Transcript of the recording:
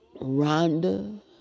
Rhonda